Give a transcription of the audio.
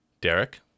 Derek